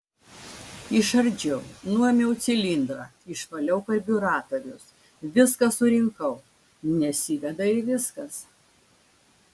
išardžiau nuėmiau cilindrą išvaliau karbiuratorius viską surinkau nesiveda ir viskas